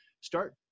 Start